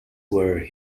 were